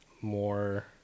more